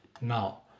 Now